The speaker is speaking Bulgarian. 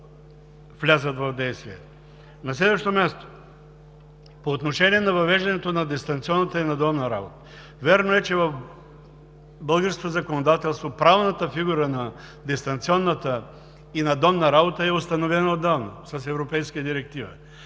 влязат в действие. На следващо място, по отношение на въвеждането на дистанционната и надомната работа. Вярно е, че в българското законодателство правната фигура на дистанционната и надомната работа е установена отдавна с европейска директива.